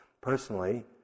Personally